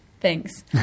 Thanks